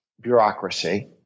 bureaucracy